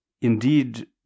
Indeed